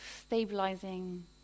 stabilizing